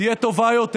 תהיה טובה יותר